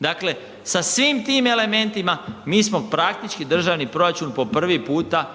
Dakle, sa svim tim elementima mi smo praktički državni proračun po prvi puta